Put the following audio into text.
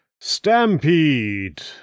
Stampede